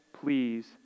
please